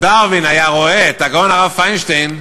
דרווין היה רואה את הגאון הרב פיינשטיין,